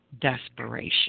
desperation